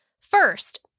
First